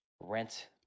Rent